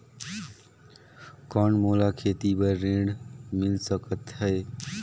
कौन मोला खेती बर ऋण मिल सकत है?